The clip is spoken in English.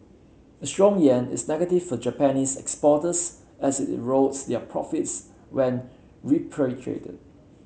a strong yen is negative for Japanese exporters as it erodes their profits when repatriated